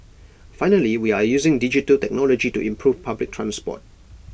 finally we are using digital technology to improve public transport